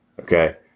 okay